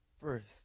first